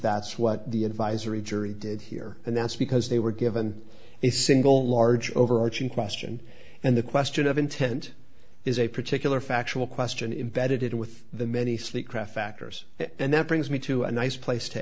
that's what the advisory jury did here and that's because they were given a single large overarching question and the question of intent is a particular factual question imbedded with the many sweet craft factors that then that brings me to a nice place to